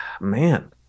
man